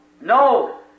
No